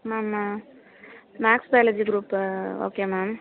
ma'am maths biology group okay ma'am